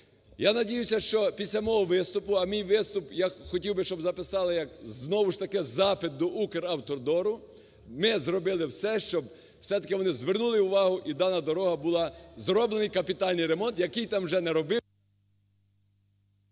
Я надіюся, що після мого виступу, а мій виступ я хотів би, щоб записали як, знову ж таки, запит до "Укравтодору", ми зробили все, щоб все-таки вони звернули увагу і дана дорога була... зроблений капітальний ремонт, який там вже не робився...